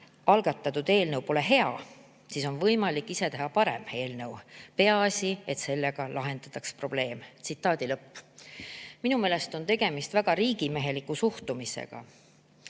algatatud eelnõu pole hea, siis on võimalik ka ise teha parem eelnõu, peaasi, et sellega lahendatakse probleem ära." Minu meelest on tegemist väga riigimeheliku suhtumisega.